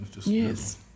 Yes